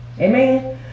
amen